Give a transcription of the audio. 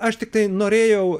aš tiktai norėjau